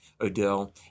Odell